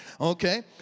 Okay